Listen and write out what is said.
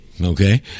okay